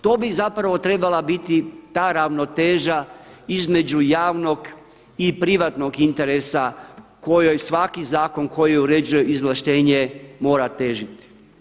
To bi zapravo trebala biti ta ravnoteža između javnog i privatnog interesa kojoj svaki zakon koji uređuje izvlaštenje mora težiti.